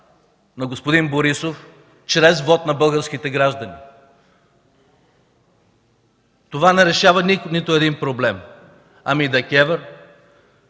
на господин Борисов чрез вот на българските граждани. Това не решава нито един проблем. Ами Държавната